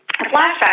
flashback